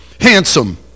handsome